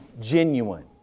genuine